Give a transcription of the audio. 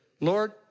Lord